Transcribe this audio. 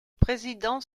président